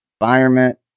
environment